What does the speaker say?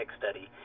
study